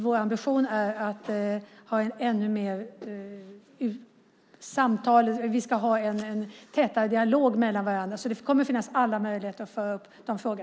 Vår ambition är att ha en tätare dialog. Det kommer att finnas alla möjligheter att ta upp dessa frågor.